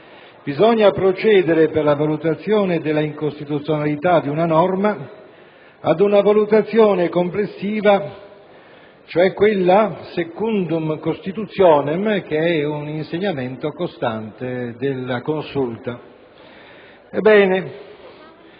bisogna procedere, per la valutazione dell'incostituzionalità di una norma, ad una valutazione complessiva, cioè quella *secundum Constitutionem*, che è un insegnamento costante della Consulta. Ebbene,